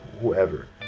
whoever